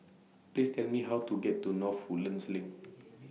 Please Tell Me How to get to North Woodlands LINK